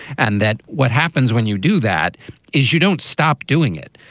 and that what happens when you do that is you don't stop doing it.